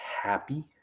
happy